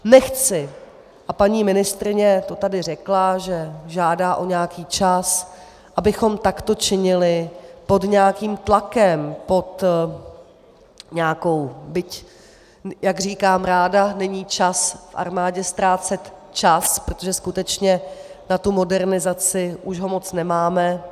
Nechci, a paní ministryně to tady řekla, že žádá o nějaký čas, abychom takto činili pod nějakým tlakem, pod nějakou... byť jak říkám ráda, není čas v armádě ztrácet čas, protože skutečně na tu modernizaci už ho moc nemáme.